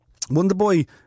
Wonderboy